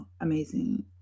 amazing